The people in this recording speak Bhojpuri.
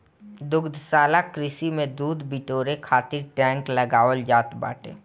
दुग्धशाला कृषि में दूध बिटोरे खातिर टैंक लगावल जात बाटे